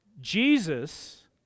Jesus